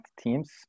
teams